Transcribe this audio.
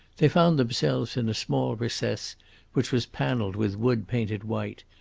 they found themselves in a small recess which was panelled with wood painted white,